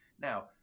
Now